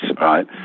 right